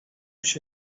się